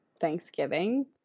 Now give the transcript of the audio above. Thanksgiving